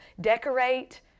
decorate